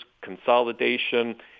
consolidation